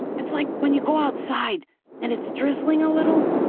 it's like when you go outside and it's drizzling a little.